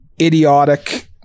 idiotic